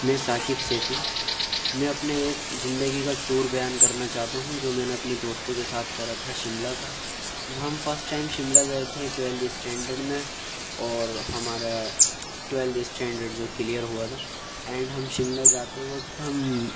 میں ثاقب سیفی میں اپنے ایک زندگی کا ٹور بیان کرنا چاہتا ہوں جو میں نے اپنے دوستوں کے ساتھ کیا تھا شملہ کا ہم فرسٹ ٹائم شملہ گئے تھے ٹویلھ اسٹینڈڈ میں اور ہمارا ٹویل اسٹینڈرڈ جو کلیئر ہوا تھا اینڈ ہم شملہ جاتے وکت ہم